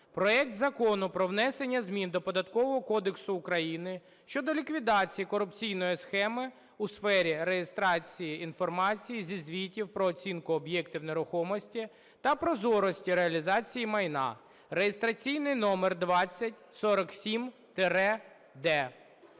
проект Закону про внесення змін до Податкового кодексу України щодо ліквідації корупційної схеми у сфері реєстрації інформації зі звітів про оцінку об'єктів нерухомості та прозорості реалізації майна (реєстраційний номер 2047-д).